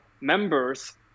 members